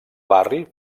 barri